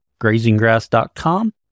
grazinggrass.com